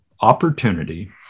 opportunity